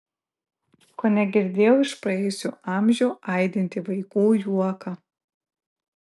kone girdėjau iš praėjusių amžių aidintį vaikų juoką